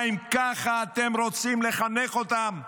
האם ככה אתם רוצים לחנך אותם?